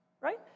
right